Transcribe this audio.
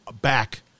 back